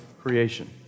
creation